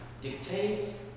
dictates